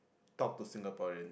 to talk to Singaporean